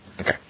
Okay